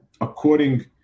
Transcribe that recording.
According